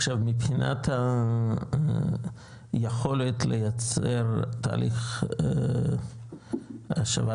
עכשיו מבחינת היכולת לייצר תהליך השבת